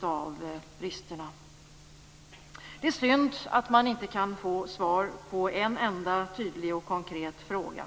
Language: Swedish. av bristerna. Det är synd att man inte kan få svar på en enda tydlig och konkret fråga.